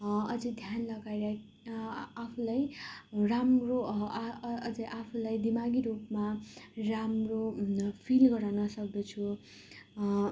अझै ध्यान लगाएर आफूलाई राम्रो अ आ अ अझै आफूलाई दिमागी रूपमा राम्रो फिल गराउन सक्दछु